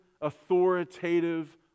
authoritative